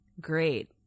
great